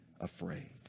afraid